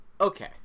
Okay